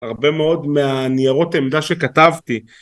הרבה מאוד מהניירות עמדה שכתבתי